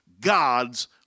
God's